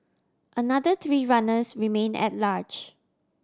another three runners remain at large